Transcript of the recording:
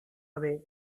away